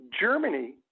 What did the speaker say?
germany